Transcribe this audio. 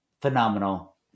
Phenomenal